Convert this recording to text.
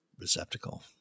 receptacle